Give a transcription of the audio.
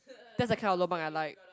that's the kind of lobang I like